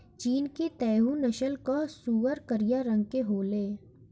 चीन के तैहु नस्ल कअ सूअर करिया रंग के होले